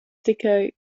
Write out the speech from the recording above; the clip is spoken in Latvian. tikai